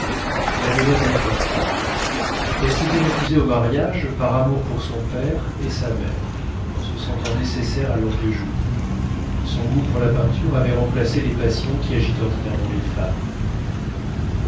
elle avait l'air d'être femme elle s'était refusée au mariage par amour pour son père et sa mère en se sentant nécessaire à leurs vieux jours son goût pour la peinture avait remplacé les passions qui agitent ordinairement les femmes